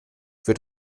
für